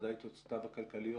בוודאי תוצאותיו הכלכליות,